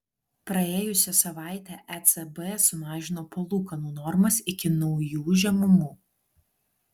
praėjusią savaitę ecb sumažino palūkanų normas iki naujų žemumų